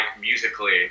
musically